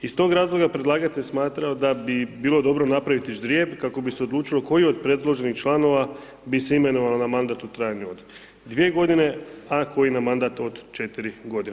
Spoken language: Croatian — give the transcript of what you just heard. Iz toga razloga predlagatelj je smatrao da bi bilo dobro napraviti ždrijeb kako bi se odlučilo koji od predloženih članova bi se imenovao na mandat u trajanju od 2 godine, a koji na mandat od 4 godine.